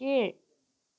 கீழ்